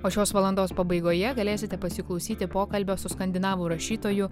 o šios valandos pabaigoje galėsite pasiklausyti pokalbio su skandinavų rašytoju